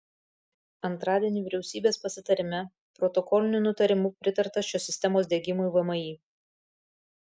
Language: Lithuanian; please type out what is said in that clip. antradienį vyriausybės pasitarime protokoliniu nutarimu pritarta šios sistemos diegimui vmi